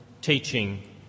teaching